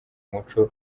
muco